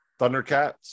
Thundercats